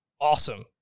awesome